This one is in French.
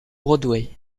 broadway